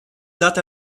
that